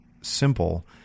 simple